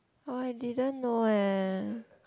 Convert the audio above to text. !wah! I didn't know eh